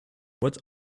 what